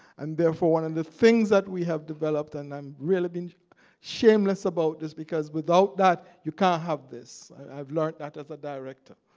and therefore, one of and the things that we have developed and i'm really being shameless about is, because without that you can't have this i've learned that as a director.